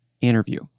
interview